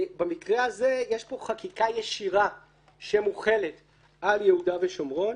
במקרה הזה יש פה חקיקה ישירה שמוחלת על יהודה ושומרון.